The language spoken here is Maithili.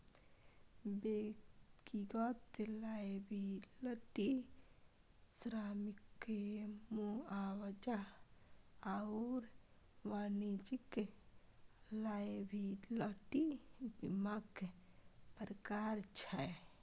व्यक्तिगत लॉयबिलटी श्रमिककेँ मुआवजा आओर वाणिज्यिक लॉयबिलटी बीमाक प्रकार छै